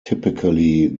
typically